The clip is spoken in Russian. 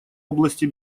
области